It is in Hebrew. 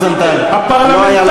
חבר הכנסת רוזנטל, לא היה לכך מקום.